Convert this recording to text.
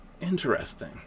Interesting